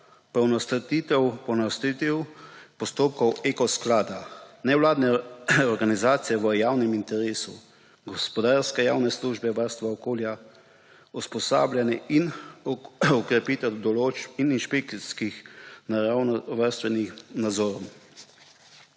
poenostavitev postopkov Eko sklada, nevladne organizacije v javnem interesu, gospodarske javne službe varstva okolja, usposabljanje in okrepitev določb in inšpekcijskih naravovarstvenih nadzorov.